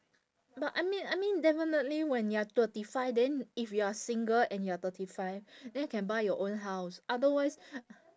but I mean I mean definitely when you are thirty five then if you are single and you are thirty five then can buy your own house otherwise